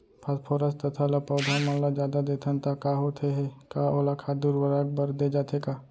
Phosphorus तथा ल पौधा मन ल जादा देथन त का होथे हे, का ओला खाद उर्वरक बर दे जाथे का?